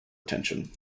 attention